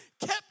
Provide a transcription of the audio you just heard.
kept